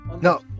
No